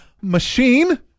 machine